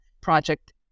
project